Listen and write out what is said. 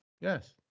Yes